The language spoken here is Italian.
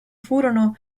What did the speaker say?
furono